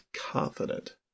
confident